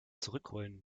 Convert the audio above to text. zurückrollen